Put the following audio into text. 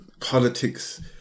politics